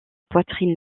poitrine